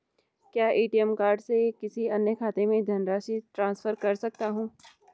क्या ATM card से किसी अन्य खाते में धनराशि ट्रांसफर कर सकता हूँ?